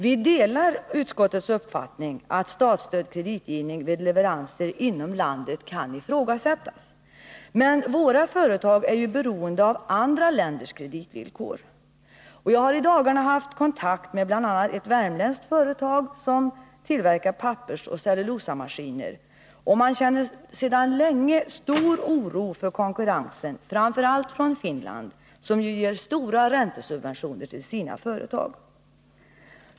Vi delar utskottets uppfattning att statsstödd kreditgivning vid leveranser inom landet kan ifrågasättas, men våra företag är ju beroende av andra länders kreditvillkor. Jag har i dagarna haft kontakt med bl.a. ett värmländskt företag som tillverkar pappersoch cellulosamaskiner, och man känner sedan länge stor oro för konkurrensen framför allt från Finland, som ju ger stora räntesubventioner till sina företag.